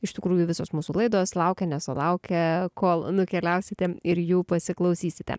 iš tikrųjų visos mūsų laidos laukia nesulaukia kol nukeliausite ir jų pasiklausysite